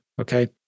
Okay